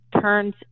turns